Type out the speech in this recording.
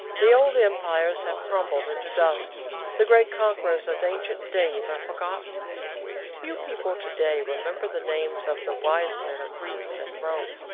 the old empires have crumbled into dust the great conquerors of ancient days are forgotten few people to-day remember the names of the wise men of greece and rome,